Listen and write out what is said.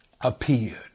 appeared